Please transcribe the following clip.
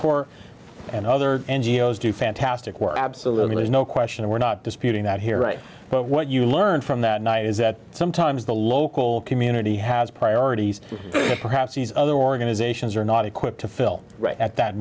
corps and other n g o s do fantastic work absolutely there's no question we're not disputing that here right but what you learned from that night is that sometimes the local community has priorities perhaps these other organizations are not equipped to fill right at that